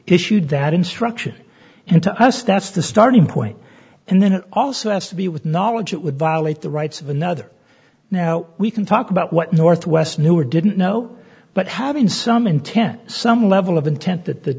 issued that instruction and to us that's the starting point and then it also has to be with knowledge it would violate the rights of another now we can talk about what northwest knew or didn't know but having some intent some level of intent that the